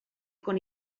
con